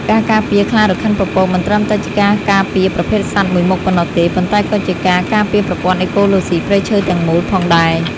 ការការពារខ្លារខិនពពកមិនត្រឹមតែជាការការពារប្រភេទសត្វមួយមុខប៉ុណ្ណោះទេ ប៉ុន្តែក៏ជាការ ការពារប្រព័ន្ធអេកូឡូស៊ីព្រៃឈើទាំងមូល ផងដែរ។